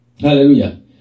hallelujah